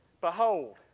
Behold